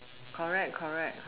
correct correct